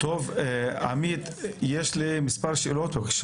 מספר שאלות: